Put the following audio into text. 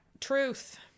Truth